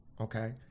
okay